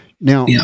Now